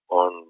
on